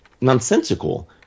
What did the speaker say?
nonsensical